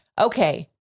Okay